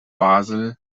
basel